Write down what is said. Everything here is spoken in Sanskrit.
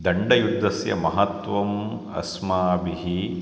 दण्डयुद्धस्य महत्वम् अस्माभिः